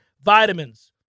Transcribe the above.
Vitamins